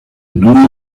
due